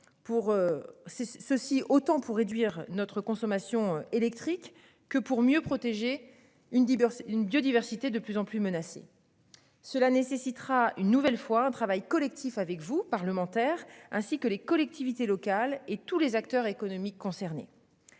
Ceci autant pour réduire notre consommation électrique que pour mieux protéger une divorcée une biodiversité de plus en plus menacées. Cela nécessitera une nouvelle fois un travail collectif avec vous parlementaires ainsi que les collectivités locales et tous les acteurs économiques concernés.